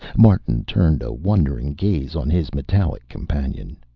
martin turned a wondering gaze on his metallic companion.